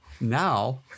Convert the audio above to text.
Now